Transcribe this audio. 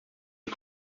der